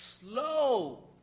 Slow